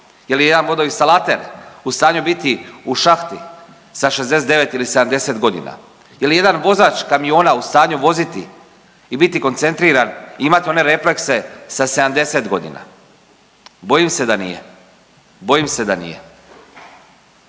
Je li je jedan vodoinstalater u stanju biti u šahti sa 69 ili 70 godina? Je li jedan vozač kamiona u stanju voziti i biti koncentriran, imati one reflekse sa 70 godina. Bojim se da nije. Bojim se da će